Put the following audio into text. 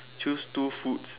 choose two foods